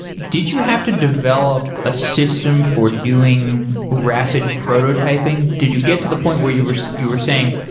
did you have to develop a system for doing rapid prototyping? did you get to the point where you were so you were saying,